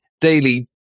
daily